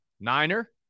niner